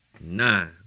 nine